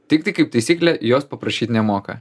tiktai kaip taisyklė jos paprašyt nemoka